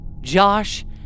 josh